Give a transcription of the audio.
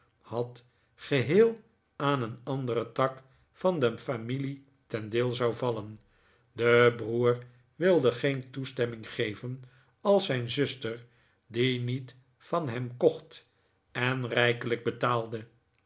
had geheel aan een anderen tak van de familie ten deel zou vallen de broer wilde geen toestemming geven als zijn zuster die niet van hem kocht en rijkelijk betaalde